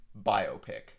biopic